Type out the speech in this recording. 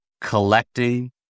collecting